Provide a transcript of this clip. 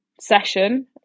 session